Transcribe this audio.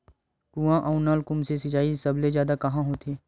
कुआं अउ नलकूप से सिंचाई सबले जादा कहां होथे?